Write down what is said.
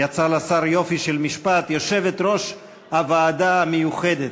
יצא לשר יופי של משפט: יושבת-ראש הוועדה המיוחדת,